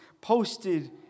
posted